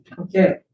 Okay